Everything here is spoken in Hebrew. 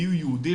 מיהו יהודי,